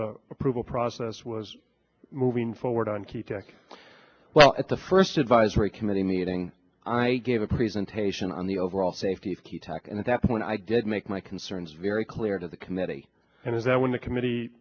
the approval process was moving forward on key tech well at the first advisory committee meeting i gave a presentation on the overall safety talk and at that point i did make my concerns very clear to the committee and is that when the committee